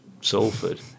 salford